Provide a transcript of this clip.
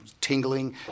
tingling